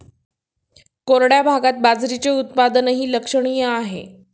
कोरड्या भागात बाजरीचे उत्पादनही लक्षणीय आहे